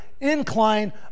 incline